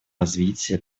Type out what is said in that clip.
развития